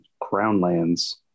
Crownlands